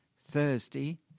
Thursday